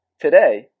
Today